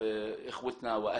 מאז